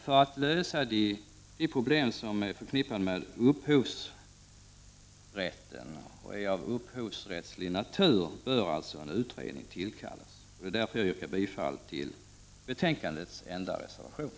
För att lösa de problem som är av upphovsrättslig natur bör alltså en utredning tillsättas. Jag yrkar därför bifall till betänkandets enda reservation.